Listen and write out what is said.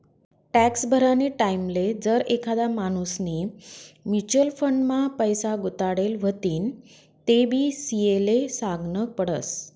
tax भरानी टाईमले जर एखादा माणूसनी म्युच्युअल फंड मा पैसा गुताडेल व्हतीन तेबी सी.ए ले सागनं पडस